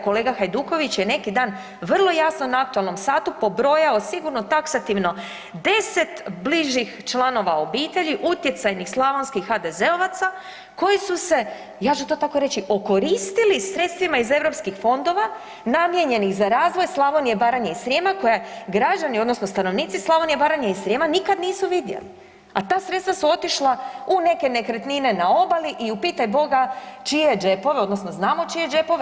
Kolega Hajduković je neki dan vrlo jasno na aktualnom satu pobrojao sigurno taksativno 10 bližih članova obitelji utjecajnih slavonskih HDZ-ovaca koji su se ja ću to tako reći okoristili sredstvima iz europskih fondova namijenjenih za razvoj Slavonije, Baranje i Srijema koja građani odnosno stanovnici Slavonije, Baranje i Srijema nikad nisu vidjeli, a ta sredstva su otišla u neke nekretnine na obali i u pitaj Boga čije džepove odnosno znamo čije džepove.